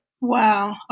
Wow